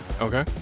Okay